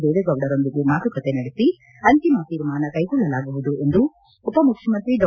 ದೇವೇಗೌಡರೊಂದಿಗೆ ಮಾತುಕತೆ ನೆಡಸಿ ಅಂತಿಮ ತೀರ್ಮಾನ ಕೈಗೊಳ್ಳಲಾಗುವುದು ಎಂದು ಉಪಮುಖ್ಯಮಂತ್ರಿ ಡಾ